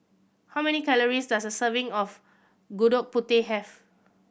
how many calories does a serving of Gudeg Putih have